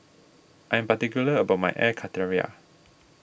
I am particular about my Air Karthira